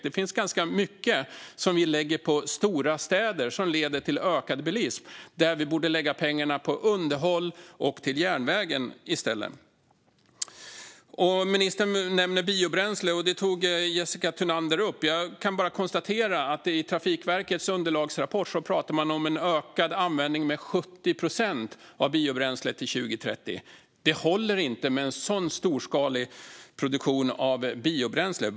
Det finns mycket som vi lägger på stora städer som leder till ökad bilism, där vi i stället borde lägga pengarna på underhåll och till järnvägen. Ministern nämnde biobränsle, och det tog Jessica Thunander upp. Jag kan bara konstatera att man i Trafikverkets underlagsrapport talar om en ökad användning med 70 procent av biobränsle till 2030. Det håller inte med en så storskalig produktion av biobränsle.